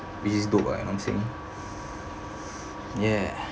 which is dope ah you know what I'm saying ya